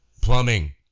plumbing